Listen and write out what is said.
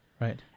Right